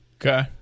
Okay